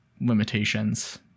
limitations